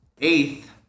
eighth